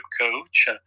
coach